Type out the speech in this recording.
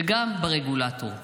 וגם ברגולטור.